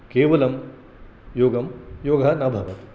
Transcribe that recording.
केवलं योगं योगः न भवति